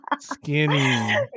Skinny